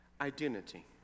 identity